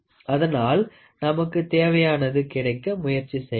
அதனால் நமக்கு தேவையானது கிடைக்க முயற்சி செய்யலாம்